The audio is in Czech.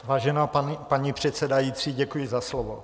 Vážená paní předsedající, děkuji za slovo.